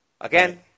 Again